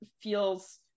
feels